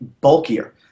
bulkier